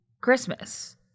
christmas